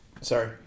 sorry